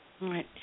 Right